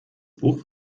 buch